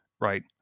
right